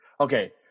okay –